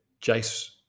Jace